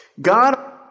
God